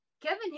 Kevin